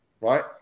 right